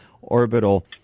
Orbital